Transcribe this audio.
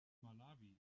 malawi